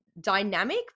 dynamic